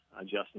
Justin